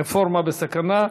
רפורמה בסכנה,